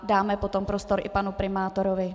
Dáme potom prostor i panu primátorovi.